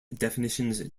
definitions